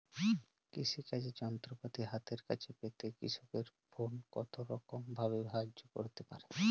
কৃষিকাজের যন্ত্রপাতি হাতের কাছে পেতে কৃষকের ফোন কত রকম ভাবে সাহায্য করতে পারে?